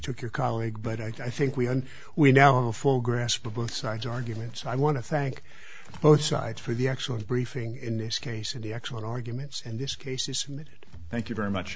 took your colleague but i think we had we now a full grasp of both sides arguments i want to thank both sides for the excellent briefing in this case and the excellent arguments in this case isn't it thank you very much